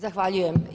Zahvaljujem.